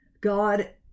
God